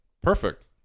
Perfect